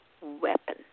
weapon